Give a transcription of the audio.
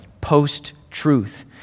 post-truth